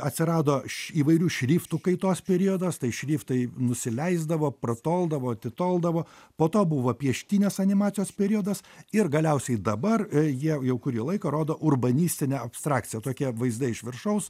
atsirado š įvairių šriftų kaitos periodas tai šriftai nusileisdavo pratoldavo atitoldavo po to buvo pieštinės animacijos periodas ir galiausiai dabar jie jau kurį laiką rodo urbanistinę abstrakciją tokie vaizdai iš viršaus